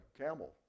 camel